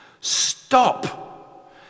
stop